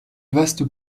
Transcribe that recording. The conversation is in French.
vaste